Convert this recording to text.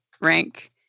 rank